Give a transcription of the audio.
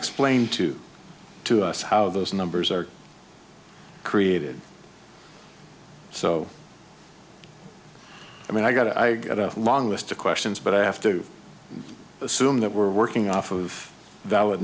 explain to us how those numbers are created so i mean i got i got a long list of questions but i have to assume that we're working off of